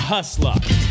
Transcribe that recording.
Hustler